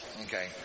okay